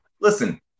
Listen